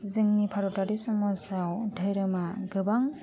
जोंनि भारतारि समाजाव धोरोमा गोबां